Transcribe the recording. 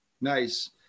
Nice